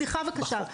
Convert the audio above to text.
סליחה, בבקשה.